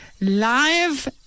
Live